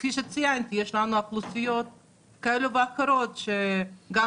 וכפי שציינתי יש לנו אוכלוסיות כאלה ואחרות שגם